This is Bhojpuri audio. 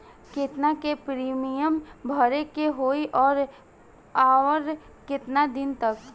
केतना के प्रीमियम भरे के होई और आऊर केतना दिन पर?